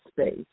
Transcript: space